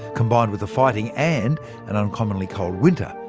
combined with the fighting, and an uncommonly cold winter,